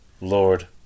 lord